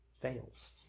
fails